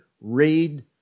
read